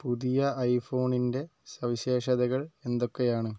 പുതിയ ഐഫോണിൻ്റെ സവിശേഷതകൾ എന്തൊക്കെയാണ്